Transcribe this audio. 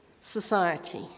society